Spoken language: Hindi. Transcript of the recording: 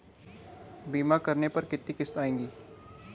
बीमा करने पर कितनी किश्त आएगी?